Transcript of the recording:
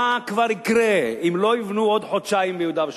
מה כבר יקרה אם לא יבנו עוד חודשיים ביהודה ושומרון.